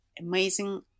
amazing